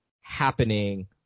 happening